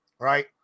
Right